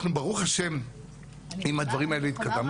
אנחנו ברוך השם עם הדברים האלה התקדמנו.